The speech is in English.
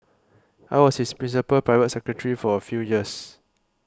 I was his principal private secretary for a few years